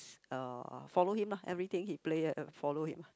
uh follow him lah everything he play follow him